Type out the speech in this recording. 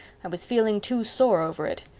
i was feeling too sore over it.